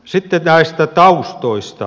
sitten näistä taustoista